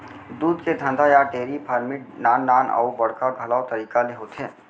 दूद के धंधा या डेरी फार्मिट नान नान अउ बड़का घलौ तरीका ले होथे